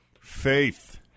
Faith